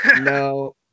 No